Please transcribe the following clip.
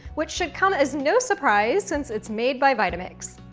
which should come as no surprise since it's made by vitamix.